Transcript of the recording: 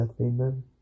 Amen